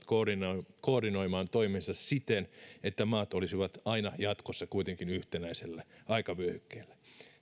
koordinoimaan koordinoimaan toimensa siten että maat olisivat aina jatkossa kuitenkin yhtenäisellä aikavyöhykkeellä